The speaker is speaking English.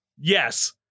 Yes